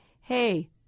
hey